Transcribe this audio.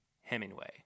Hemingway